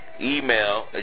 email